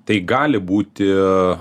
tai gali būti